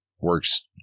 works